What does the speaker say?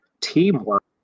teamwork